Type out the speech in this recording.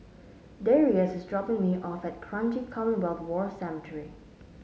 Darrius is dropping me off at Kranji Commonwealth War Cemetery